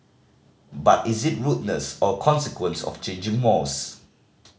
but is it rudeness or consequence of changing mores